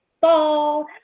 fall